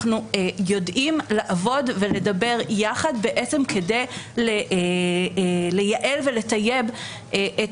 אנחנו יודעים לעבוד ולדבר יחד כדי לייעל ולטייב את